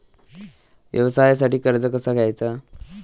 व्यवसायासाठी कर्ज कसा घ्यायचा?